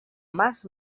mas